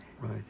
Right